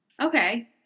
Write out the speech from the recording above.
Okay